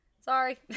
Sorry